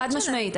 חד משמעית.